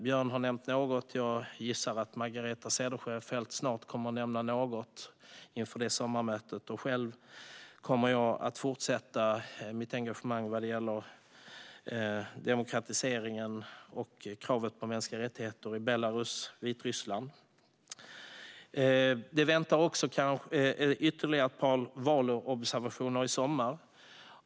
Björn har nämnt något, och jag gissar att även Margareta Cederfelt snart kommer att nämna något inför detta sommarmöte. Själv kommer jag att fortsätta mitt engagemang vad gäller demokratiseringen och kravet på mänskliga rättigheter i Belarus eller Vitryssland. Det väntar också ytterligare ett par valobservationer i sommar.